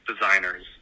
designers